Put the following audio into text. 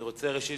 ראשית,